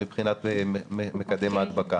יש --- מיקי, בואו נצביע.